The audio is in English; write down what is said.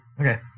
Okay